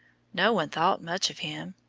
no one thought much of him.